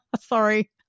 Sorry